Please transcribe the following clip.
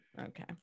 Okay